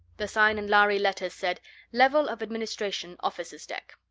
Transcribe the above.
the sign in lhari letters said level of administration officers' deck.